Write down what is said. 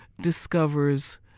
discovers